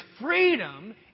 freedom